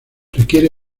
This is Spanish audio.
requiere